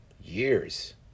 years